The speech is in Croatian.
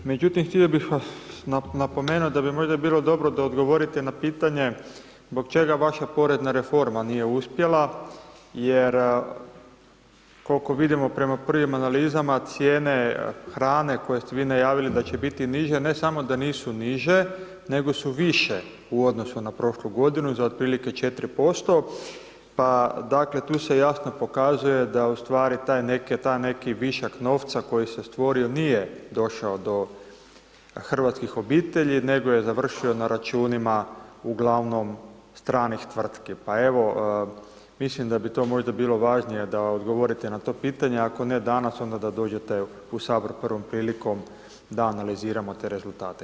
Međutim, htio bih vam napomenuti da bi možda bilo dobro da odgovorite na pitanje zbog čega vaša porezna reforma nije uspjela jer, koliko vidimo prema prvim analizama, cijene hrane koje ste vi najavili da će biti niže, ne samo da nisu niže, nego su više u odnosu na prošlu godinu za otprilike 4%, pa, dakle, tu se jasno pokazuje da ustvari taj neki višak novca koji se stvorio, nije došao do hrvatskih obitelji, nego je završio na računima uglavnom, stranih tvrtki, pa evo, mislim da bi to možda bilo važnije da odgovorite na to pitanje, ako ne danas, onda da dođete u Sabor prvom prilikom da analiziramo te rezultate.